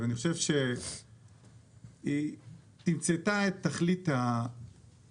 ואני חושב שהיא תמצתה בדיוק את ההתייחסות